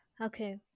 Okay